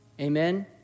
Amen